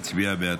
הצביע בעד.